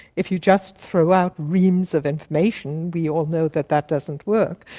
if you just throw out reams of information, we all know that that doesn't work.